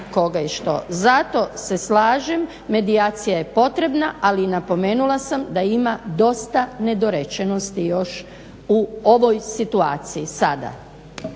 Zato se slažem, medijacija je potrebna ali napomenula sam da ima dosta nedorečenosti još u ovoj situaciji sada.